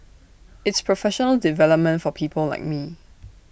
it's professional development for people like me